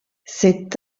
c’est